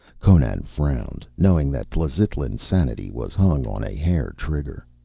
conan frowned, knowing that tlazitlan sanity was hung on a hair-trigger.